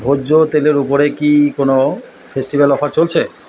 ভোজ্য তেলের উপরে কি কোনও ফেস্টিভ্যাল অফার চলছে